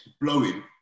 blowing